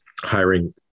hiring